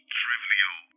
trivial